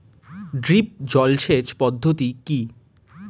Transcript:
Drip জল সেচ পদ্ধতি কি?